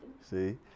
See